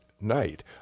night